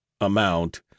amount